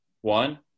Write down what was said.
one